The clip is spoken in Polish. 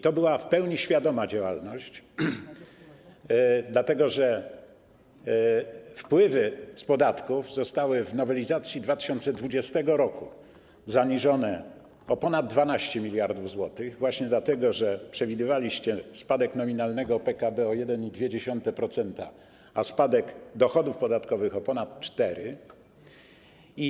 To była w pełni świadoma działalność, dlatego że wpływy z podatków zostały w nowelizacji 2020 r. zaniżone o ponad 12 mld zł, właśnie dlatego że przewidywaliście spadek nominalnego PKB o 1,2%, a spadek dochodów podatkowych o ponad 4%.